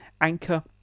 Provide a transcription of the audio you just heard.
Anchor